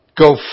go